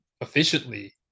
efficiently